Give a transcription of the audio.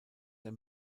der